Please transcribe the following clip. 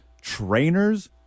trainers